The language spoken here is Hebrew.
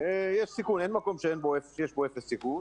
אין מקום שיש בו אפס סיכון,